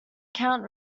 count